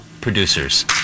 producers